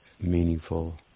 meaningful